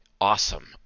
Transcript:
awesome